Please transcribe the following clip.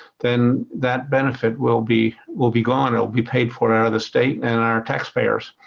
then that benefit will be will be gone. it will be paid for out of the state and our tax payers.